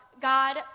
God